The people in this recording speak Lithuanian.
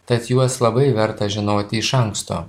tad juos labai verta žinoti iš anksto